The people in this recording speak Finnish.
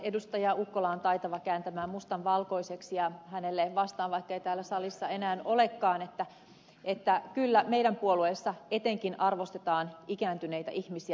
ukkola on taitava kääntämään mustan valkoiseksi ja hänelle vastaan vaikka ei täällä salissa enää olekaan että kyllä meidän puolueessamme etenkin arvostetaan ikääntyneitä ihmisiä